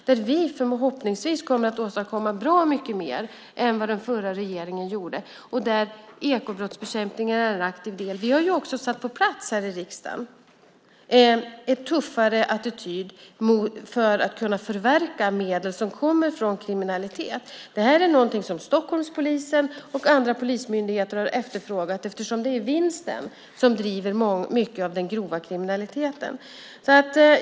Där åstadkommer vi förhoppningsvis bra mycket mer än vad den förra regeringen gjorde, och där är ekobrottsbekämpningen en aktiv del. Vi har också här i riksdagen satt på plats en tuffare attityd för att kunna förverka medel som kommer från kriminalitet. Det här är något som Stockholmspolisen och andra polismyndigheter har efterfrågat eftersom det är vinsten som driver mycket av den grova kriminaliteten.